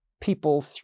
people